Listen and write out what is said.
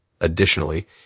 Additionally